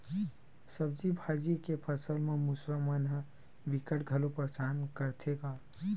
सब्जी भाजी के फसल म मूसवा मन ह बिकट घलोक परसान करथे गा